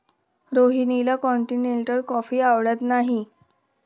रोहिणीला continental coffee आवडत नाही